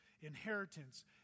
Inheritance